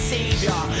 Savior